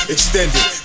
Extended